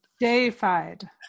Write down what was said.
Deified